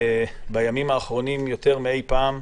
ובימים האחרונים יותר מאי פעם,